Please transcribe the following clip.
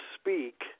speak